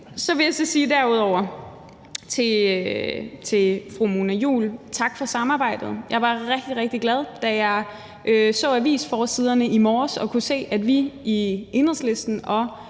Så vil jeg derudover sige tak til fru Mona Juul for samarbejdet. Jeg var rigtig, rigtig glad, da jeg så avisforsiderne i morges og kunne se, at vi i Enhedslisten og